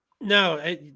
No